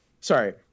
sorry